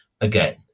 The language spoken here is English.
again